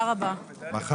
הישיבה ננעלה בשעה 14:11.